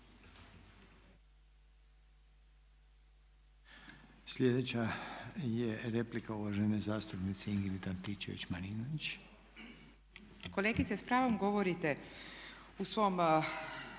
Sljedeća je replika uvažene zastupnice Ingrid Antičević-Marinović. **Antičević Marinović, Ingrid